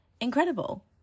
Incredible